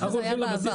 ככה זה היה בעבר.